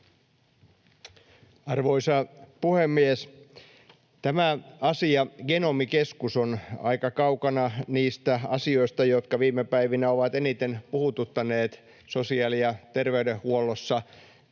Arvoisa puhemies! Tämä asia, Genomikeskus, on aika kaukana niistä asioista, jotka viime päivinä ovat eniten puhututtaneet sosiaali- ja terveydenhuollossa,